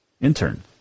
intern